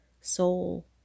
soul